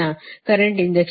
current injection 0 ಸರಿನಾ